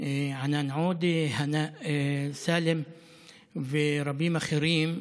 ענאן עודה, סאלם ורבים אחרים,